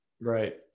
Right